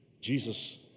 Jesus